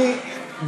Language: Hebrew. אני,